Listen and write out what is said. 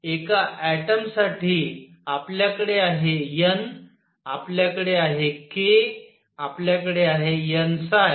एका ऍटमसाठी आपल्याकडे आहे n आपल्याकडे आहे k आपल्याकडे आहे n